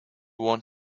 want